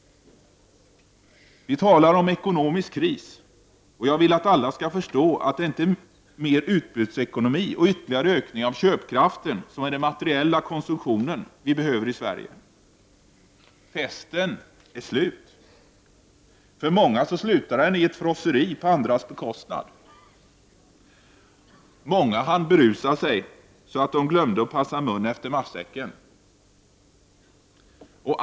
Vi talar om ekonomisk kris, och jag vill att alla skall förstå att det inte är ökad utbudsekonomi och ytterligare ökning av köpkraften, vilket alltså är den materiella konsumtionen, som vi behöver i Sverige. Festen är slut! För många slutar den i ett frosseri på andras bekostnad. Många hann berusa sig så att de glömde att rätta munnen efter matsäcken.